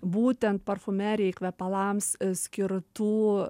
būtent parfumerijai kvepalams skirtų